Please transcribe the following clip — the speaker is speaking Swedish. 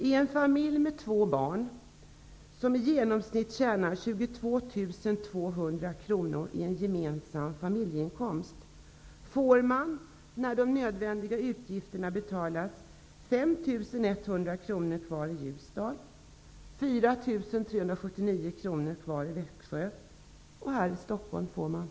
I en familj med två barn som har i genomsnitt 24 200 kr i gemensam familjeinkomst, får man, när de nödvändiga utgifterna har betalats, 2 395 kr kvar i Stockholm.